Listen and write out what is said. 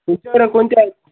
तुमच्याकडं कोणत्या आहेत